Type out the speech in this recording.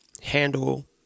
handle